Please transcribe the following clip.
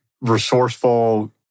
resourceful